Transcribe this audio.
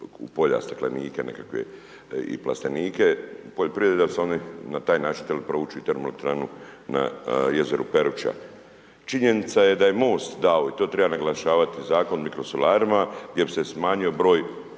polja, staklenike i plastenike, .../Govornik se ne razumije./... na taj način htjeli provući termoelektranu na jezeru Peruča. Činjenica je da je MOST dao i to treba naglašavati, Zakon o mikrosolarima gdje bi se smanjio broj